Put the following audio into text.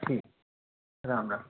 ठीक राम राम